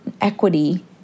equity